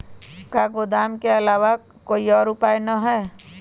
का गोदाम के आलावा कोई और उपाय न ह?